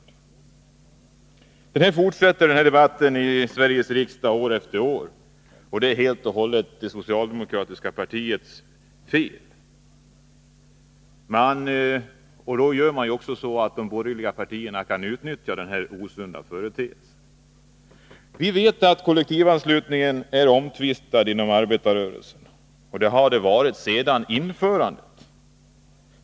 Att denna debatt fortsätter år efter år i Sveriges riksdag är helt och hållet det socialdemokratiska partiets fel. Härigenom kan de borgerliga partierna år efter år utnyttja denna osunda företeelse. Vi vet att kollektivanslutningen är omtvistad inom arbetarrörelsen och har varit det ända sedan införandet.